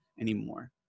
anymore